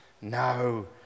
No